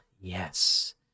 yes